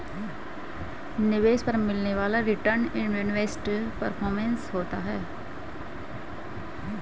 निवेश पर मिलने वाला रीटर्न इन्वेस्टमेंट परफॉरमेंस होता है